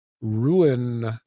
ruin